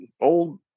old